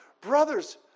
brothers